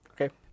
Okay